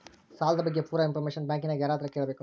ಸಾಲದ ಬಗ್ಗೆ ಪೂರ ಇಂಫಾರ್ಮೇಷನ ಬ್ಯಾಂಕಿನ್ಯಾಗ ಯಾರತ್ರ ಕೇಳಬೇಕು?